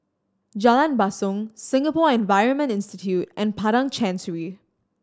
Jalan Basong Singapore Environment Institute and Padang Chancery